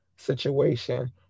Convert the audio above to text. situation